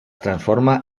transforma